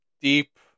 deep